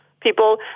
people